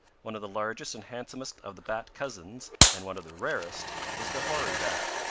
one of the largest and handsomest of the bat cousins, and one of the rarest is the hoary bat.